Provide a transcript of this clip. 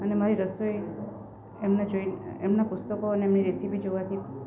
અને મારી રસોઈ એમને જોઈ એમના પુસ્તકો અને એમની રેસીપી જોવાથી